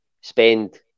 spend